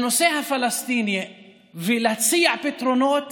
הנושא הפלסטיני ולהציע פתרונות